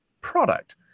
product